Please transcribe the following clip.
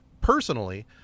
personally